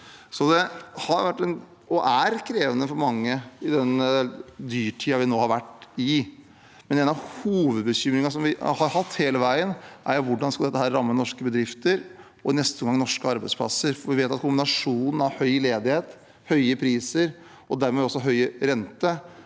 og er, krevende for mange i denne dyrtiden vi nå har vært i, men en av hovedbekymringene som vi har hatt hele veien, er hvordan dette vil ramme norske bedrifter og i neste omgang norske arbeidsplasser. Vi vet at kombinasjonen av høy ledighet, høye priser og dermed også høye renter